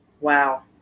Wow